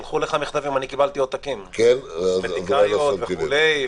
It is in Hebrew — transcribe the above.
שלחו אליך מכתבים ואני קיבלתי עותקים מקוסמטיקאיות וכו'.